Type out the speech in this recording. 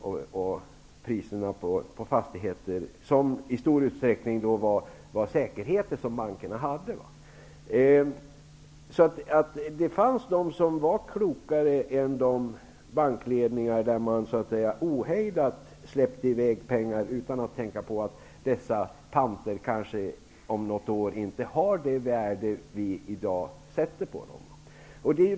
Fastigheterna utgjorde ju då i stor utsträckning bankernas säkerheter. Det fanns bankledningar som var klokare än de bankledningar som ohejdat släppte i väg pengar utan att tänka på att fastighetspanterna om något år kanske inte hade det värde som man då satte på dem.